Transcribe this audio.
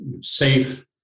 safe